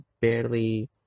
barely